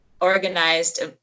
organized